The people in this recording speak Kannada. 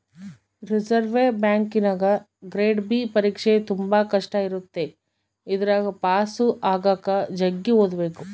ರಿಸೆರ್ವೆ ಬ್ಯಾಂಕಿನಗ ಗ್ರೇಡ್ ಬಿ ಪರೀಕ್ಷೆ ತುಂಬಾ ಕಷ್ಟ ಇರುತ್ತೆ ಇದರಗ ಪಾಸು ಆಗಕ ಜಗ್ಗಿ ಓದಬೇಕು